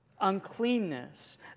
uncleanness